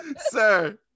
sir